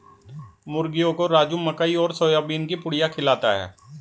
मुर्गियों को राजू मकई और सोयाबीन की पुड़िया खिलाता है